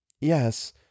Yes